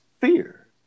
fear